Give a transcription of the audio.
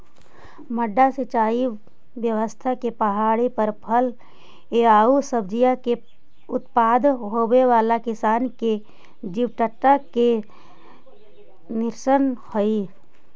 मड्डा सिंचाई व्यवस्था से पहाड़ी पर फल एआउ सब्जि के उत्पादन होवेला किसान के जीवटता के निदर्शन हइ